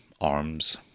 arms